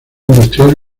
industrial